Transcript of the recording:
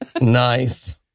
Nice